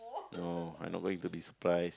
no I'm not going to be surprise